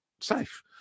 safe